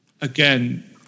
again